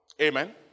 Amen